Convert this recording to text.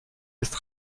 ist